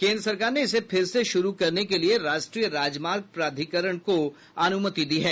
केन्द्र सरकार ने इसे फिर से शुरू करने के लिए राष्ट्रीय राजमार्ग प्राधिकरण को अनुमति दी है